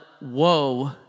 woe